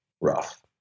rough